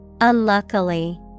Unluckily